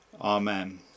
Amen